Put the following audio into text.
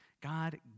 God